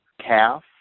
calf